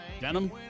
denim